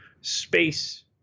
space